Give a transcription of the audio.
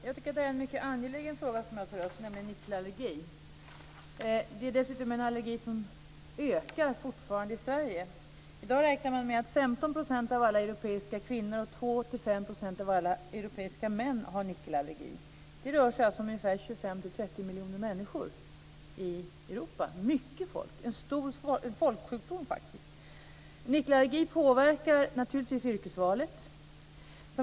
Fru talman! Den fråga om nickelallergi som jag tar upp tycker jag är mycket angelägen. Nickelallergi är dessutom en allergi som fortfarande ökar i Sverige. I dag räknar man med att 15 % av alla europeiska kvinnor och 2-5 % av alla europeiska män har nickelallergi. Det rör sig alltså om ungefär 25-30 miljoner människor i Europa - om mycket folk. Nickelallergi är faktiskt en stor folksjukdom. Nickelallergi påverkar naturligtvis yrkesvalet.